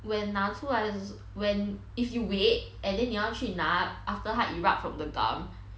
when 拿出来 d~ s~ when if you wait and then 你要去拿 after 它 erupt from the gum